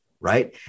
Right